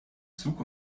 zug